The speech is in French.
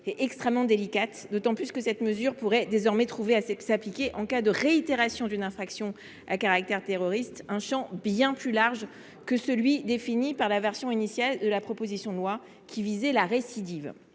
extrêmement délicate, d’autant plus que cette mesure pourrait désormais trouver à s’appliquer en cas de réitération d’une infraction à caractère terroriste, soit sur un champ bien plus large que celui qui était défini par la version initiale de la proposition de loi, laquelle visait la seule récidive.